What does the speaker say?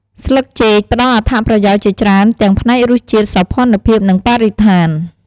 ស្លិកចេកផ្តល់អត្ថប្រយោជន៍ជាច្រើនទាំងផ្នែករសជាតិ សោភ័ណភាព និងបរិស្ថាន។